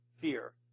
fear